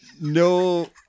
no